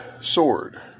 sword